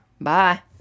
Bye